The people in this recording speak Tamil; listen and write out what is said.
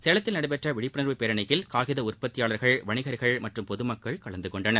சேலத்தில் நடைபெற்ற விழிப்புணர்வு பேரணியில் காகித உற்பத்தியாளர்கள் வணிகர்கள் மற்றும் பொதும்க்கள் கலந்து கொண்டனர்